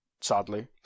sadly